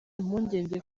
impungenge